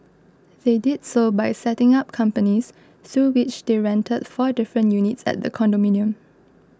they did so by setting up companies through which they rented four different units at the condominium